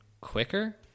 quicker